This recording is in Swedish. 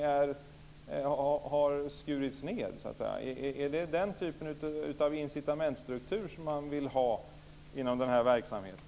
Är det den typen av incitamentsstruktur som man vill ha inom den här verksamheten?